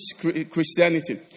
Christianity